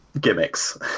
gimmicks